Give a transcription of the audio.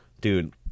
dude